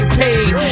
paid